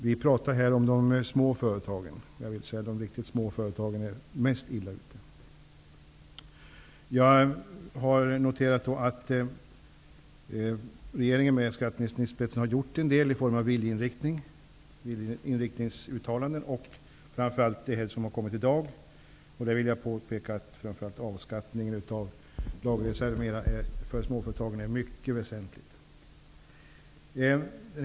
Vi talar här om de små företagen, och det är de riktigt små företagen som är mest illa ute, vill jag säga. Jag noterar att regeringen med skatteministern i spetsen har gjort en del i form av uttalanden om viljeinriktningen, framför allt med tanke på det som sades i dag. Jag vill påpeka att särskilt avskattningen av lagerreservmedel för småföretagen är mycket väsentlig.